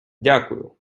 дякую